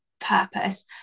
purpose